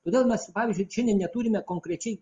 todėl mes pavyzdžiui čia ne neturime konkrečiai